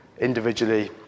individually